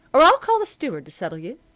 or i'll call the steward to settle you.